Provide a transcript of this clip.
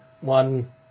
One